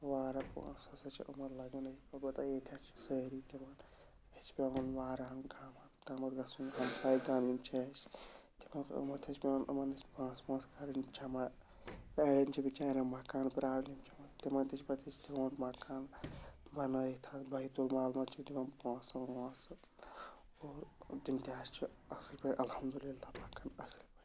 واریاہ پونٛسہٕ ہسا چھِ یمَن لَگنٕے البتہ ییٚتہِ حظ چھِ سٲری دِوان اَسہِ چھِ پٮ۪وان واریہَن گامَن تامَتھ گژھُن یِم ہمساے کم یِم چھِ اَسہِ تِمَن یمَن تہِ چھِ پٮ۪وان یمَن نِش پونٛسہٕ وونٛسہٕ کَرٕنۍ جمع اَڑٮ۪ن چھِ بِچارٮ۪ن مکان پرٛابلِم تِمَن تہِ چھِ پَتہٕ أسۍ دِوان مکان بنٲیِتھ حظ بیتُل مال منٛز چھِ دِوان پونٛسہٕ وونٛسہٕ اور تِم تہِ حظ چھِ اَصٕل پٲٹھۍ الحمدُ اللہ پَکَان اَصٕل پٲٹھۍ